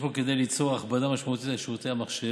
בו כדי ליצור הכבדה משמעותית על שרתי המחשב,